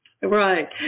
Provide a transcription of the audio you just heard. Right